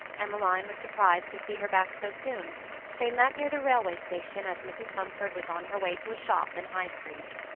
emmeline was surprised to see her back so soon they met near the railway station as mrs. mumford was on her way to a shop in high street.